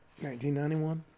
1991